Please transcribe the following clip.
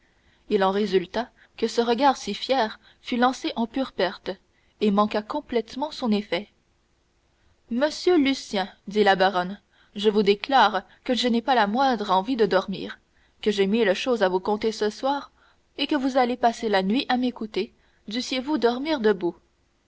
il en résulta que ce regard si fier fut lancé en pure perte et manqua complètement son effet monsieur lucien dit la baronne je vous déclare que je n'ai pas la moindre envie de dormir que j'ai mille choses à vous conter ce soir et que vous allez passer la nuit à m'écouter dussiez-vous dormir debout